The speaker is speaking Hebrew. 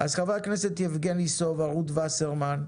חבר הכנסת יבגני סובה, רות וסרמן,